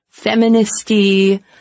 feministy